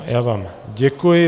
Já vám děkuji.